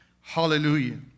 Hallelujah